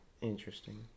Interesting